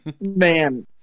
Man